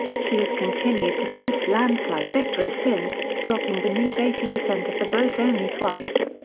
she has continued to post landslide victories since, dropping beneath eighty percent of the vote only twice.